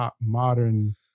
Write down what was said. modern